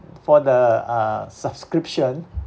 for the uh subscription